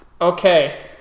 Okay